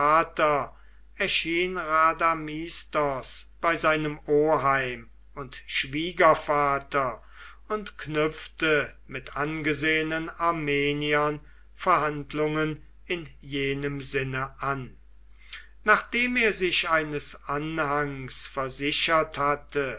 rhadamistos bei seinem oheim und schwiegervater und knüpfte mit angesehenen armeniern verhandlungen in jenem sinne an nachdem er sich eines anhangs versichert hatte